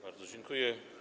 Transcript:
Bardzo dziękuję.